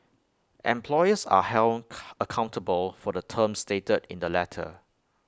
employers are held accountable for the terms stated in the letter